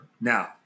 now